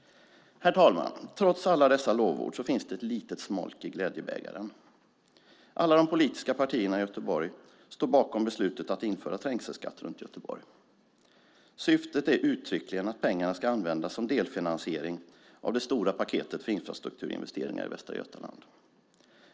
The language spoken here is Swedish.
Herr talman! Trots alla dessa lovord finns det ett litet smolk i glädjebägaren. Alla de politiska partierna i Göteborg står bakom beslutet att införa "trängselskatt" runt Göteborg. Syftet är uttryckligen att pengarna ska användas som delfinansiering av det stora paketet för infrastrukturinvesteringar i Västra Götaland.